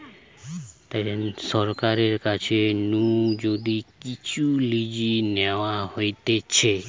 সরকারের কাছ নু যদি কিচু লিজে নেওয়া হতিছে